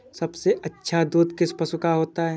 सबसे अच्छा दूध किस पशु का होता है?